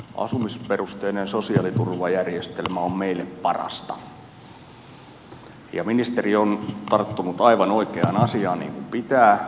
asumisperusteinen sosiaaliturvajärjestelmä on meille parasta ja ministeri on tarttunut aivan oikeaan asiaan niin kuin pitää